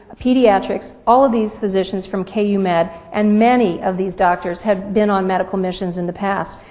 pediatrics, all of these physicians from k u. med and many of these doctors had been on medical missions in the past,